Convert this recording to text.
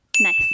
Nice